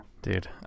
Dude